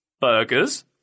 burgers